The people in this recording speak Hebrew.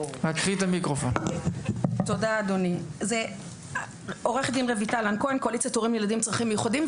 אני עורכת דין מקואליציית הורים לילדים עם צרכים מיוחדים.